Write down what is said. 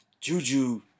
Juju